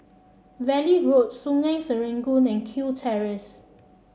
Valley Road Sungei Serangoon and Kew Terrace